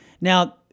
Now